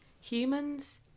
humans